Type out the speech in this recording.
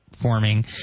Forming